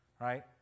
right